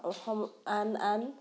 আন আন